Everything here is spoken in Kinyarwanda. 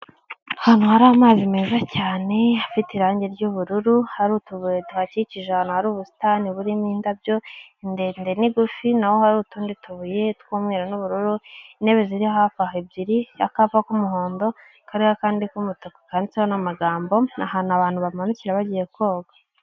Ahantu hari amazi meza cyane afite irangi ry'ubururu hari utubuye tuhakikije ahantu hari ubusitani burimoindabyo indende n'ingufi, na ho hari utundi tubuye tw'umweru n'ubururu, intebe ziri hafi aho ebyiri, akapa k'umuhondo kariho akandi k'umutuku kanditseho n'amagambo, ahantu abantu bamanukira bagiye koga.